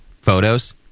photos